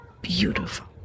beautiful